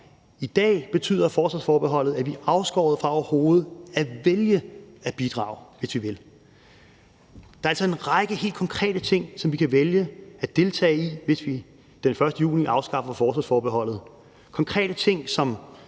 I dag betyder forsvarsforbeholdet, at vi er afskåret fra overhovedet at vælge at bidrage, hvis vi vil. Der er altså en række konkrete ting, som vi kan vælge at deltage i, hvis vi den 1. juni afskaffer forsvarsforbeholdet, konkrete ting, som